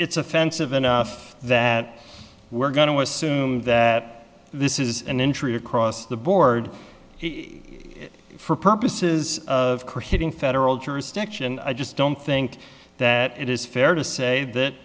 it's offensive enough that we're going to assume that this is an intruder cross the board for purposes of creating federal jurisdiction i just don't think that it is fair to say that